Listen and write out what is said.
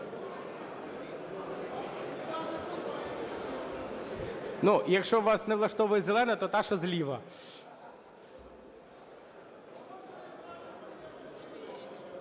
якщо вас не влаштовує зелена, то та, що зліва.